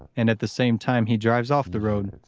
and at the same time he drives off the road,